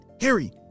Harry